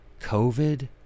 COVID